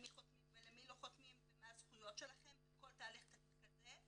למי חותמים ולמי לא חותמים ומה הזכויות שלהם בכל תהליך כזה,